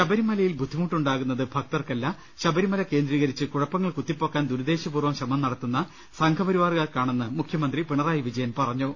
ശബരിമലയിൽ ബുദ്ധിമുട്ടുണ്ടാകുന്നത് ഭക്തർക്കല്ല ശബരിമല കേന്ദ്രീ കരിച്ച് കുഴപ്പങ്ങൾ കുത്തിപ്പൊക്കാൻ ദുരുദ്ദേശ്യപൂർവ്വം ശ്രമം നടത്തുന്ന സംഘപ രിവാറുകാർ ക്കാണെന്ന് മുഖ്യമന്ത്രി പിണറായി വിജയൻ പറഞ്ഞു